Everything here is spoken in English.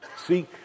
See